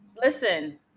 listen